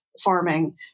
farming